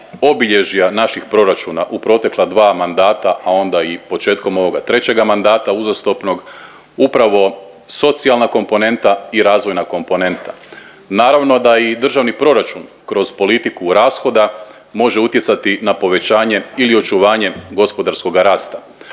obilježja naših proračuna u protekla dva mandata, a onda i početkom ovoga trećega mandata uzastopnog upravo socijalna komponenta i razvojna komponenta. Naravno da i državni proračun kroz politiku rashoda može utjecati na povećanje ili očuvanje gospodarskog rasta.